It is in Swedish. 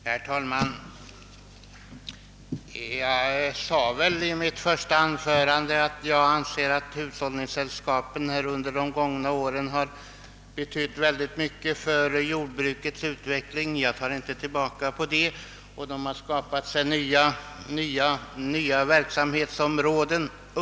Herr talman! Jag sade i mitt första anförande att jag anser att hushållningssällskapen under de gångna åren betytt mycket för jordbrukets utveckling. Jag tar inte tillbaka något av detta yttrande. De har undan för undan skaffat sig nya verksamhetsområden.